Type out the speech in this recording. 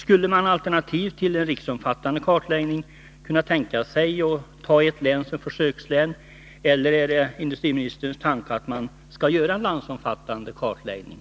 Skulle man kunna tänka sig att ta ett län som försökslän, eller är det industriministerns tanke att man skall göra en landsomfattande kartläggning?